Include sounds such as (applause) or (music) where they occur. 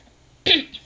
(noise)